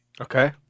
Okay